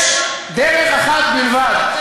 יש דרך אחת בלבד,